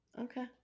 Okay